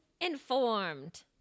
Informed